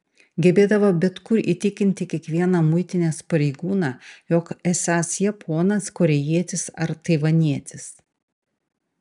gebėdavo bet kur įtikinti kiekvieną muitinės pareigūną jog esąs japonas korėjietis ar taivanietis